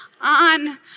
on